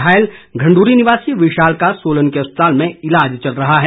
घायल घंडूरी निवासी विशाल का सोलन के अस्पताल में ईलाज चल रहा है